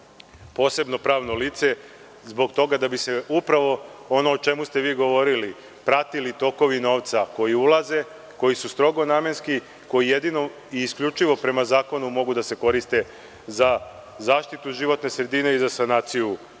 posebno pravno lice zbog toga da bi se upravo ono o čemu ste vi govorili pratili tokovi novca koji ulaze, koji su strogo namenski, koji jedino i isključivo prema zakonu mogu da se koriste za zaštitu životne sredine i za sanaciju